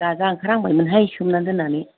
गाजा ओंखारहांबाय मोनहाय सोमना दोननानै